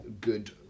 good